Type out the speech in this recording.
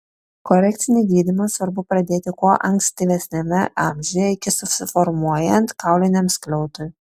korekcinį gydymą svarbu pradėti kuo ankstyvesniame amžiuje iki susiformuojant kauliniam skliautui